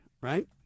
right